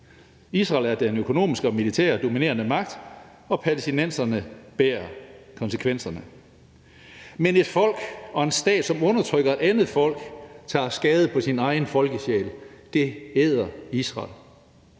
Israel er den økonomisk og militært dominerende magt, og palæstinenserne bærer konsekvenserne. Men et folk og en stat, som undertrykker et andet folk, tager skade på sin egen folkesjæl. Det æder Israel.